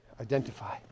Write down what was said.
identify